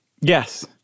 Yes